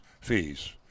fees